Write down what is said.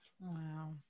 Wow